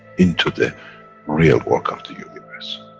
into the real work of the universe.